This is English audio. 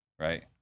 right